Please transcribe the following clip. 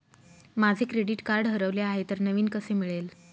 माझे credit card हरवले आहे तर नवीन कसे मिळेल?